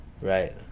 Right